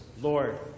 Lord